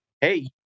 hey